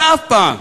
ואף פעם,